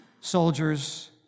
soldiers